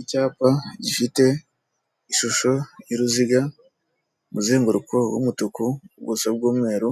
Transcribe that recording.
Icyapa gifite ishusho y'uruziga, umuzenguruko w'umutuku. ubuso bw'umweru,